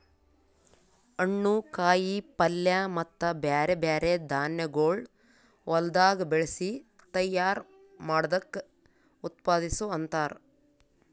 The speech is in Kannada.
ಹಣ್ಣು, ಕಾಯಿ ಪಲ್ಯ ಮತ್ತ ಬ್ಯಾರೆ ಬ್ಯಾರೆ ಧಾನ್ಯಗೊಳ್ ಹೊಲದಾಗ್ ಬೆಳಸಿ ತೈಯಾರ್ ಮಾಡ್ದಕ್ ಉತ್ಪಾದಿಸು ಅಂತಾರ್